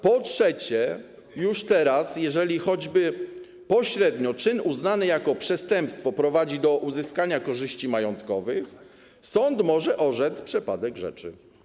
Po trzecie, już teraz, jeżeli choćby pośrednio czyn uznany jako przestępstwo prowadzi do uzyskania korzyści majątkowych, sąd może orzec przepadek rzeczy.